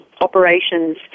operations